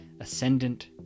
ascendant